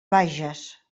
bajas